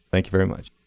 thank you very much.